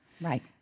Right